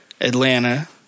Atlanta